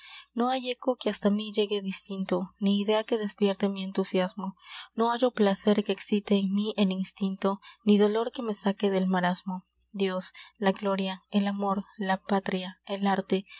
no hay eco que hasta mí llegue distinto ni idea que despierte mi entusiasmo no hallo placer que excite en mí el instinto ni dolor que me saque del marasmo dios la gloria el amor la patria el arte